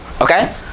okay